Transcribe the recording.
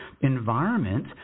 environment